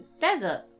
desert